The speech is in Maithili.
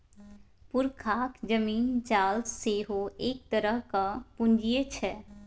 पुरखाक जमीन जाल सेहो एक तरहक पूंजीये छै